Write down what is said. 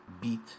beat